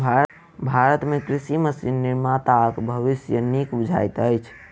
भारत मे कृषि मशीन निर्माताक भविष्य नीक बुझाइत अछि